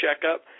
checkup